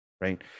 right